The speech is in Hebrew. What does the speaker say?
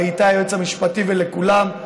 לאיתי היועץ המשפטי ולכולם.